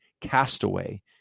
castaway